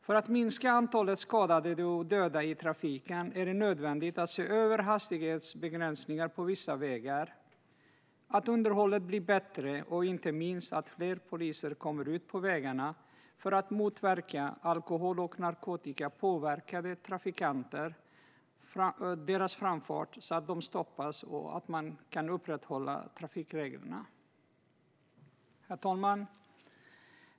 För att minska antalet skadade och döda i trafiken är det nödvändigt att hastighetsbegränsningen på vissa vägar ses över, att underhållet blir bättre och inte minst att fler poliser kommer ut på vägarna för att motverka alkohol och narkotikapåverkade trafikanters framfart, så att de stoppas, samt att man kan upprätthålla trafikreglerna. Herr talman!